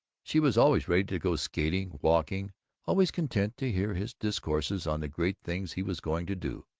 she was always ready to go skating, walking always content to hear his discourses on the great things he was going to do,